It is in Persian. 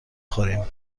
خوریم